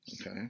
Okay